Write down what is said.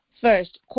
first